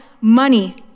money